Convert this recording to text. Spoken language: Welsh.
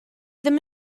ddim